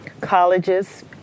colleges